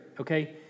Okay